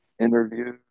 interview